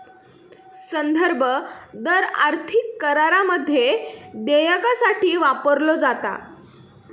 संदर्भ दर आर्थिक करारामध्ये देयकासाठी वापरलो जाता